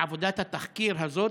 מעבודת התחקיר הזאת,